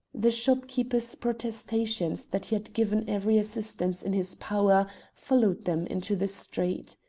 the shopkeeper's protestations that he had given every assistance in his power followed them into the street.